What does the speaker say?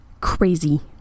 Crazy